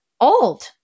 old